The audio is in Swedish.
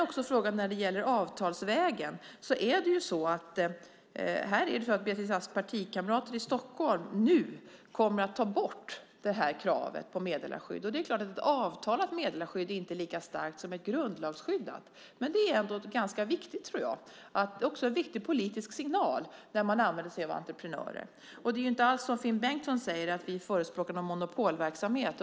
I fråga om att gå avtalsvägen kommer Beatrice Asks partikamrater i Stockholm att ta bort kravet på meddelarskydd. Ett avtalat meddelarskydd är inte lika starkt som ett grundlagsskydd. Men det är ändå en viktig politisk signal när man använder sig av entreprenörer. Det är inte som Finn Bengtsson säger att vi förespråkar någon monopolverksamhet.